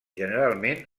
generalment